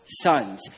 sons